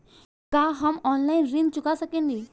का हम ऑनलाइन ऋण चुका सके ली?